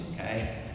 okay